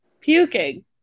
puking